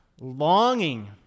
longing